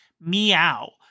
Meow